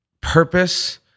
purpose